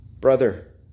Brother